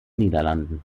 niederlanden